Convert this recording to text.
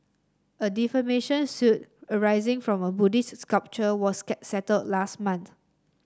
a defamation suit arising from a Buddhist sculpture was settled last month